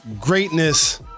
greatness